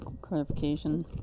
clarification